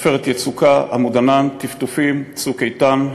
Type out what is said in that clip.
"עופרת יצוקה", "עמוד ענן", טפטופים, "צוק איתן"